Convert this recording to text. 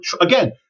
again